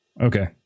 Okay